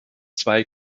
zwei